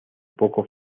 poco